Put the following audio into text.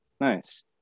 Nice